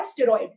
steroid